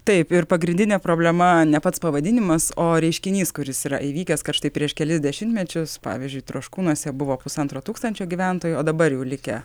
taip ir pagrindinė problema ne pats pavadinimas o reiškinys kuris yra įvykęs karštai prieš kelis dešimtmečius pavyzdžiui troškūnuose buvo pusantro tūkstančio gyventojų o dabar jau likę